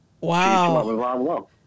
wow